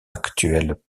actuelles